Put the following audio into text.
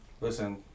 Listen